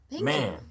man